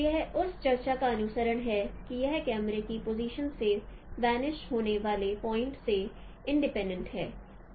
तो यह उस चर्चा का अनुसरण है कि यह कैमरे की पोजीशन से वनिश होने वाले पॉइंट्स से इंडीपेंडेंट है